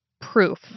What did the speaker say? proof